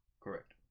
Correct